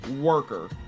worker